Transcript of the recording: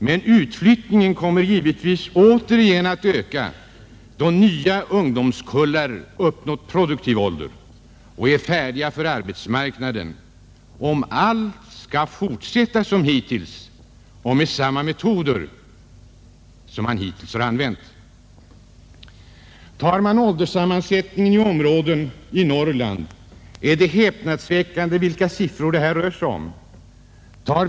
Men utflyttningen kommer givetvis återigen att öka då nya ungdomskullar uppnått produktiv ålder och är färdiga för arbetsmarknaden — om allt skall fortsätta som hittills och samma metoder användas. Tar man ålderssammansättningen i olika områden i Norrland är det häpnadsväckande vilka siffror det rör sig om.